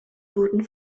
wurden